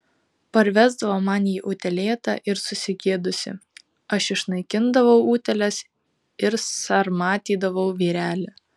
parvesdavo man jį utėlėtą ir susigėdusį aš išnaikindavau utėles ir sarmatydavau vyrelį